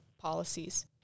policies